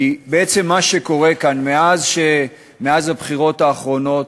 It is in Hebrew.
כי בעצם מה שקורה כאן מאז הבחירות האחרונות,